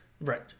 Right